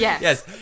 Yes